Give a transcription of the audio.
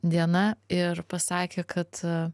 diena ir pasakė kad